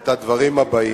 את הדברים הבאים: